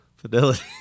Fidelity